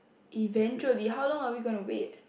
eventually how long are we gonna wait